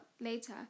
later